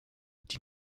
die